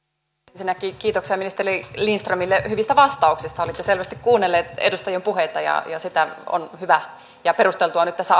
ensinnäkin kiitoksia ministeri lindströmille hyvistä vastauksista olitte selvästi kuunnellut edustajien puheita ja sitä on hyvä ja perusteltua nyt tässä